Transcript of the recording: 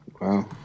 Wow